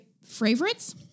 favorites